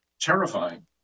Terrifying